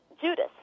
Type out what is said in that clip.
Judas